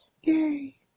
yay